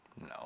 No